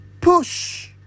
push